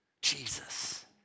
Jesus